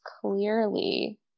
clearly